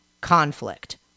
conflict